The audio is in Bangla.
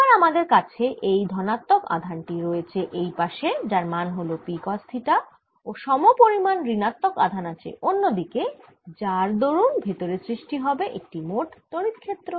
এবার আমাদের কাছে এই ধনাত্মক আধান টি রয়েছে এই পাশে যার মান হল P কস থিটা ও সম পরিমান ঋণাত্মক আধান আছে অন্য দিকে যার দরুন ভেতরে সৃষ্টি হবে একটি মোট তড়িৎ ক্ষেত্র